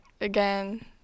again